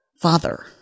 Father